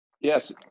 Yes